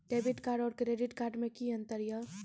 Debit card और credit card मे कि अंतर या?